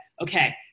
okay